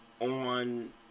on